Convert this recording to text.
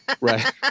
Right